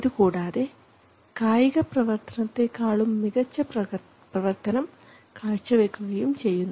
ഇതുകൂടാതെ കായികമായ പ്രവർത്തനത്തെക്കാളും മികച്ച പ്രവർത്തനം കാഴ്ചവെക്കുകയും ചെയ്യുന്നു